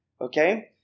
Okay